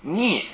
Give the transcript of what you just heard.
need